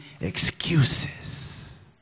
excuses